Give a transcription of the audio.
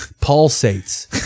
pulsates